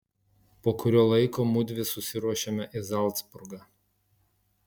po kurio laiko mudvi susiruošėme į zalcburgą